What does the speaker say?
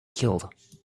killed